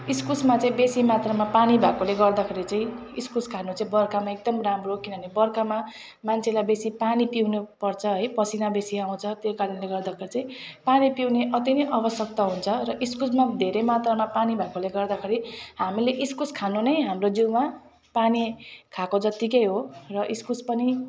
इस्कुसमा चाहिँ बेसी मात्रमा पानी भएकोले गर्दाखेरि चाहिँ इस्कुस खानु चाहिँ बर्खामा एकदम राम्रो किनभने बर्खामा मान्छेलाई बेसी पानी पिउनु पर्छ है पसिना बेसी आउँछ त्यो कारणले गर्दाखेरि चाहिँ पानी पिउनु अति नै आवश्यकता हुन्छ र इस्कुसमा धेरै मात्रमा पानी भएकोले गर्दाखेरि हामीले इस्कुस खानु नै हाम्रो जिउमा पानी खाएको जतिकै हो र इस्कुस पनि